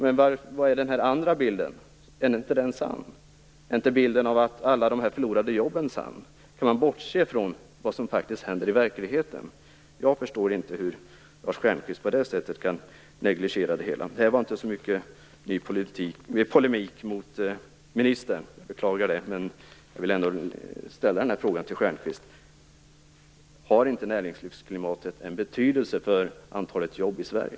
Men den här andra bilden då? Är inte den sann? Är inte bilden av alla de förlorade jobben sann? Kan man bortse från vad som faktiskt händer i verkligheten? Jag förstår inte hur Lars Stjernkvist på det sättet kan negligera det hela. Det blev inte så mycket polemik mot ministern, och jag beklagar det. Men jag vill ändå ställa frågan till Stjernkvist: Har inte näringslivsklimatet betydelse för antalet jobb i Sverige?